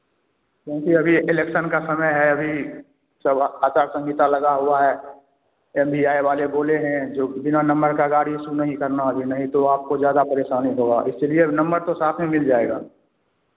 क्योंकि अभी इलेक्शन का समय है अभी सब आअ आचार सहिंता लगा हुआ है एम ई आए वाले बोले है जो बिना नंबर का गाड़ी इशू नहीं करना नहीं तो आपको ज़्यादा परेशानी होगा इसलिए तो नंबर तो साथ में मिल जाएगा